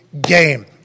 game